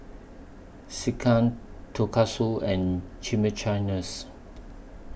Sekihan Tonkatsu and Chimichangas